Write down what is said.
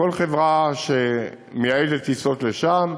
לכל חברה שמייעדת טיסות לשם.